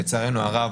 לצערנו הרב,